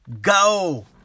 go